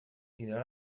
tindrà